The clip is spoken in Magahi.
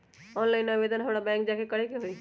ऑनलाइन आवेदन हमरा बैंक जाके करे के होई?